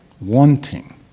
wanting